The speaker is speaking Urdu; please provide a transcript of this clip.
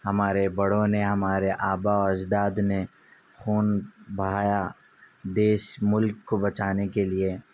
ہمارے بڑوں نے ہمارے آباؤ و اجداد نے خون بہایا دیش ملک کو بچانے کے لیے